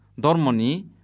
dormoni